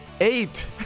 eight